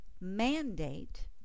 mandate